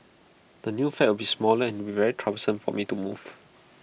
the new flat will be smaller and IT will be very troublesome for me to move